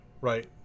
right